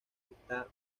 está